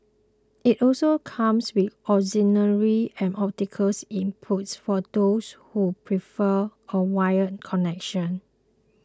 it also comes with auxiliary and optical inputs for those who prefer a wired connection